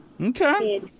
Okay